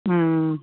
ꯎꯝ